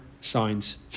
signs